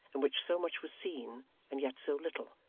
in which so much was seen and yet so little,